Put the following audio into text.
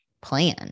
plan